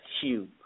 hue